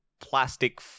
plastic